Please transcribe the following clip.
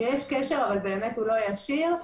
ויש קשר אבל הוא לא ישיר,